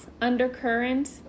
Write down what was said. undercurrent